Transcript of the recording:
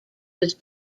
was